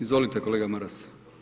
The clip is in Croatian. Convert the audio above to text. Izvolite kolega Maras.